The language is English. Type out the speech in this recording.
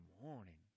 morning